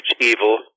evil